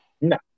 No